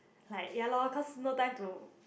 like ya lor cause no time to